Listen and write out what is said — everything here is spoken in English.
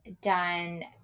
done